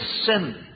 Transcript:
sin